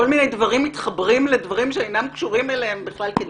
כל מיני דברים מתחברים לדברים שאינם קשורים אליהם כדי